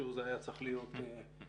איכשהו זה היה צריך להיות אחרת.